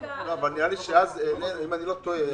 לא טועה,